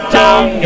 down